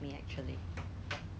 okay 他有我的 record lah